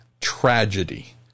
tragedy